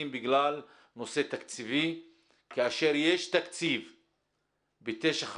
בגלל נושא תקציבי כאשר יש תקציב ב-959.